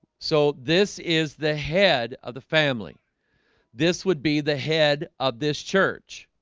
so this is the head of the family this would be the head of this church